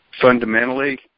Fundamentally